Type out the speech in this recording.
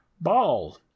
Ball